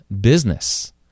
business